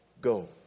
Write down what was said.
Go